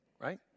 right